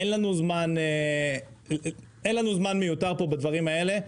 אין לנו זמן מיותר בדברים האלה.